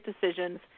decisions